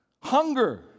hunger